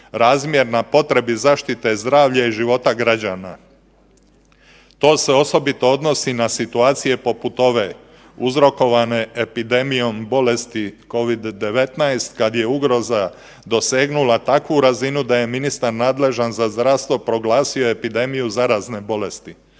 razmjerna potrebi zaštite zdravlja i života građana. To se osobito odnosi na situacije poput ove uzrokovane epidemijom bolesti Covid-19 kad je ugroza dosegnula takvu razinu da je ministar nadležan za zdravstvo proglasio epidemiju zarazne bolesti.